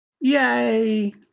Yay